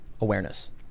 Awareness